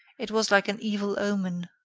it was like an evil omen.